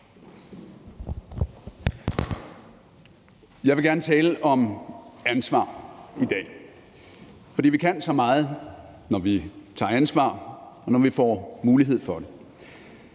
Jeg vil gerne tale om ansvar i dag. For vi kan så meget, når vi tager ansvar, og når vi får mulighed for det.